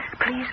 please